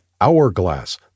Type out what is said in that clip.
hourglass